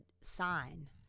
sign